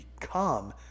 become